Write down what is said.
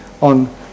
on